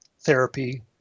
therapy